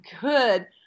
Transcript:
good